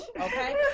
Okay